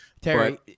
Terry